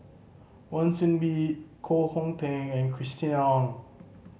Wan Soon Bee Koh Hong Teng and Christina Ong